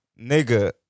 Nigga